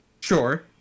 sure